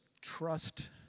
trust